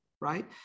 right